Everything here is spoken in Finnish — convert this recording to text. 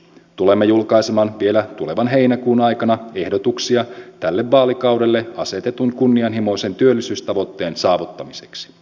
tulemme julkaisemaan vielä tulevan heinäkuun aikana ehdotuksia tälle vaalikaudelle asetetun kunnianhimoisen työllisyystavoitteen saavuttamiseksi